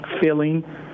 feeling